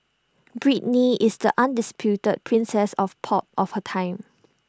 Britney is the undisputed princess of pop of her time